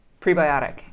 prebiotic